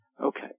Okay